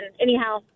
Anyhow